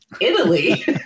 Italy